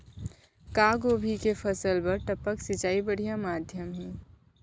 का गोभी के फसल बर टपक सिंचाई बढ़िया माधयम हे?